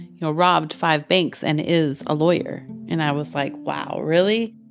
you know, robbed five banks and is a lawyer. and i was like, wow, really?